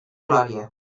glòria